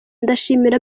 ndashimira